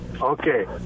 Okay